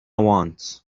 wants